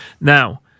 Now